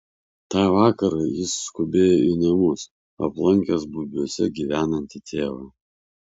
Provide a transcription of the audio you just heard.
tą vakarą jis skubėjo į namus aplankęs bubiuose gyvenantį tėvą